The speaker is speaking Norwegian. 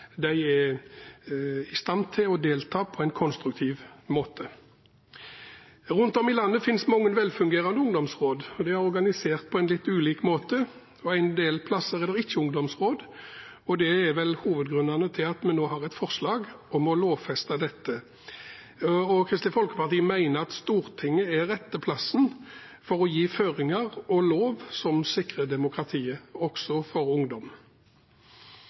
de er i stand til å delta på en konstruktiv måte. Rundt om i landet finnes det mange velfungerende ungdomsråd, og de er organisert på en litt ulik måte. En del plasser er det ikke ungdomsråd, og det er vel hovedgrunnen til at vi nå har et forslag om å lovfeste dette. Kristelig Folkeparti mener at Stortinget er rett plass for å gi føringer og lov som sikrer demokratiet, også for